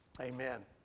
amen